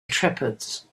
shepherds